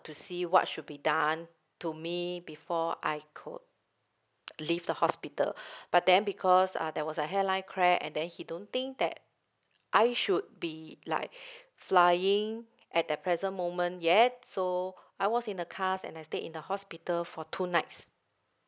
to see what should be done to me before I could leave the hospital but then because uh there was a hair line crack and then he don't think that I should be like flying at that present moment yet so I was in the cast and I stayed in the hospital for two nights